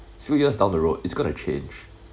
few years down the road it's gonna change